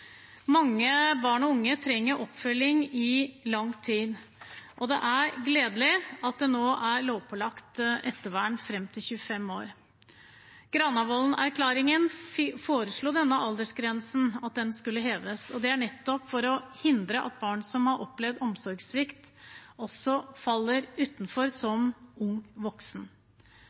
Mange barn og unge trenger oppfølging i lang tid, og det er gledelig at det nå er lovpålagt ettervern fram til 25 år. Granavolden-erklæringen foreslo at aldersgrensen skulle heves, nettopp for å hindre at barn som har opplevd omsorgssvikt, faller utenfor som